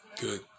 Good